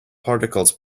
particles